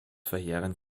verheerend